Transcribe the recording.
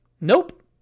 Nope